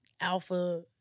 alpha